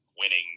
winning